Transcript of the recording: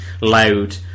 loud